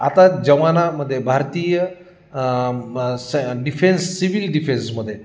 आता जवानामध्ये भारतीय स डिफेन्स सिव्हिल डिफेन्समध्ये